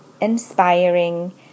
inspiring